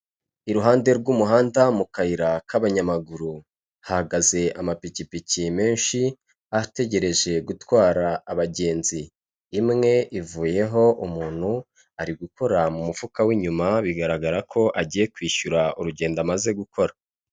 Iruhande rw'umuhanda mu kayira k'abanyamaguru, hahagaze amapikipiki menshi ategereje gutwara abagenzi. Imwe ivuyeho umuntu ari gukora mu mufuka w'inyuma bigaragara ko agiye kwishyura urugendo amaze gukora.